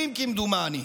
1950, כמדומני.